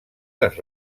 les